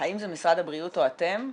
האם זה משרד הבריאות או אתם,